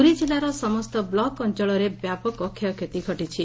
ପୁରୀ ଜିଲ୍ଲାର ସମସ୍ତ ବ୍ଲକ ଅଞ୍ଚଳରେ ବ୍ୟାପକ କ୍ଷୟଷତି ଘଟିଛି